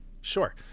Sure